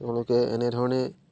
তেওঁলোকে এনেধৰণেই